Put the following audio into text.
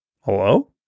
Hello